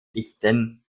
dichten